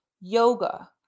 yoga